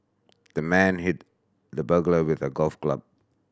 the man hit the burglar with a golf club